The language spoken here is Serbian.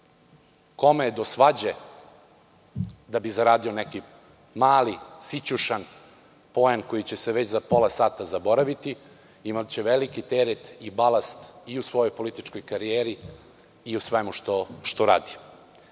Kome je do svađe da bi zaradio neki mali, sićušan poen koji će se već za pola sata zaboraviti, imaće veliki teret i balast i u svojoj političkoj karijeri i u svemu što radi. Dupli